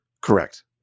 correct